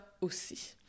aussi